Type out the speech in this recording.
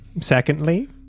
secondly